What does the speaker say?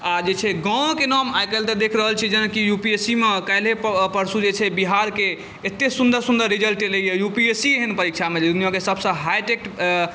आ जे छै गाँवोके नाम आइ काल्हि तऽ देखि रहल छी जेना कि यू पी एस सी मे काल्हिए परसू जे छै बिहारके एतेक सुन्दर सुन्दर रिजल्ट एलैए यू पी एस सी एहन परीक्षामे जाहिमे सभटा हाईटेक